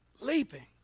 leaping